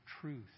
truth